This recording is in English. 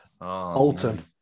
Alton